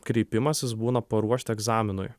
kreipimasis būna paruošti egzaminui